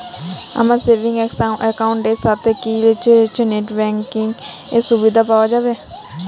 আমার savings account এর সাথে কি নেটব্যাঙ্কিং এর সুবিধা পাওয়া যাবে?